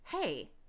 hey